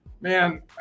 man